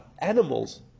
animals